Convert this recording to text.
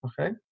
Okay